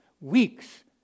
weeks